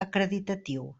acreditatiu